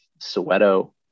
Soweto